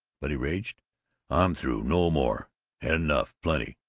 but, he raged, i'm through! no more! had enough, plenty!